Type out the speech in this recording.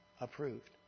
approved